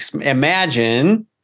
imagine